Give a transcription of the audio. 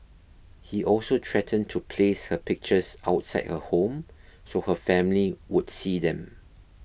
he also threatened to place her pictures outside her home so her family would see them